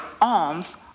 alms